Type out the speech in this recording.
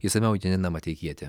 išsamiau janina mateikietė